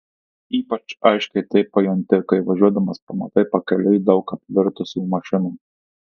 ypač aiškiai tai pajunti kai važiuodamas pamatai pakeliui daug apvirtusių mašinų